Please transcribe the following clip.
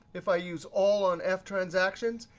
if i use all on ftransactions,